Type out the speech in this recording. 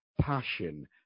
passion